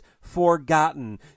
forgotten